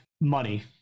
money